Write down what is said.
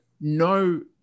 No